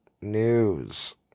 news